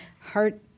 heart